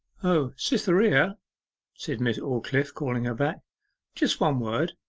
o, cytherea said miss aldclyffe, calling her back just one word.